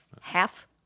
half